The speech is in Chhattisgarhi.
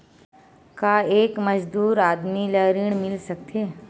का एक मजदूर आदमी ल ऋण मिल सकथे?